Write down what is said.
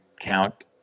count